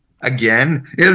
again